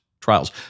trials